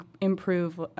improve